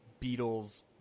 Beatles